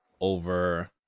over